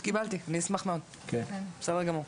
קיבלתי, אני אשמח מאוד, בסדר גמור.